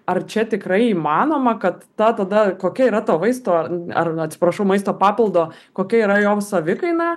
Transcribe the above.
ar čia tikrai įmanoma kad ta tada kokia yra to vaisto ar na atsiprašau maisto papildo kokia yra jo savikaina